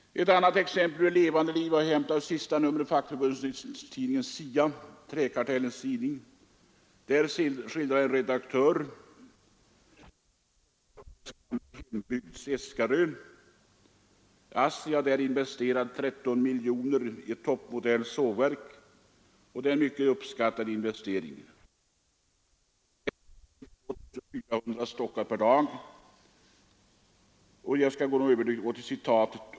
Ett annat exempel ur levande livet har jag hämtat ur sista numret av fackförbundstidningen Sia, träkartellens tidning. Där skildrar en redaktör Sigurd Klockares besök i sin gamla hembygd Seskarö. ASSI har där investerat 13 miljoner i ett toppmodernt sågverk. Det är en mycket uppskattad investering. Man sågar där i genomsnitt 2 400 stockar per dag. Så till artikeln.